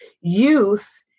youth